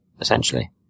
essentially